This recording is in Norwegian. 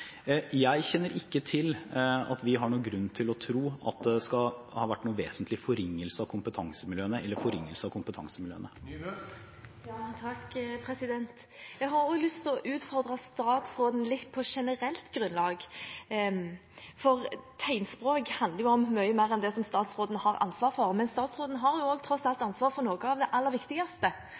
Jeg kjenner ikke til at vi har noen grunn til å tro at det har vært noen vesentlig forringelse av kompetansemiljøene. Jeg har også lyst til å utfordre statsråden litt på generelt grunnlag, for tegnspråk handler om mye mer enn det som statsråden har ansvar for. Men statsråden har tross alt ansvar for noe av det aller viktigste